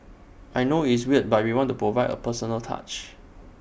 I know it's weird but we want to provide A personal touch